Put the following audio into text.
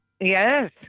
Yes